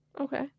Okay